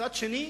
מצד שני,